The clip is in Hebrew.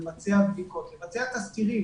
לבצע בדיקות, לבצע תסקירים.